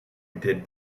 did